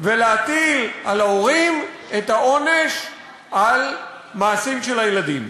ולהטיל על ההורים את העונש על מעשים של הילדים.